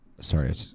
Sorry